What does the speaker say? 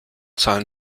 zahlen